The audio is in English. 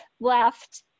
left